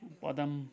Padam